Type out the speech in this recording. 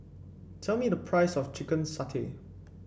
tell me the price of Chicken Satay